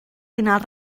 finals